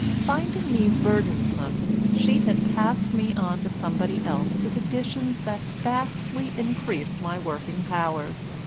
finding me burdensome, she had passed me on to somebody else with additions that vastly increased my working powers,